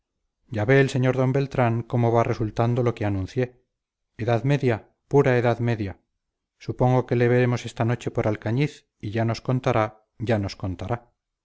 ya ve el sr d beltrán cómo va resultando lo que anuncié edad media pura edad media supongo que le veremos esta noche por alcañiz y ya nos contará ya nos contará